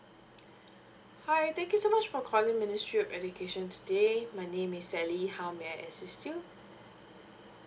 hi thank you so much for calling ministry of education today my name is sally how may I assist you